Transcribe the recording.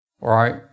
right